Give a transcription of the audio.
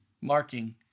marking